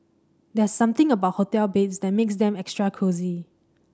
there are something about hotel beds that makes them extra cosy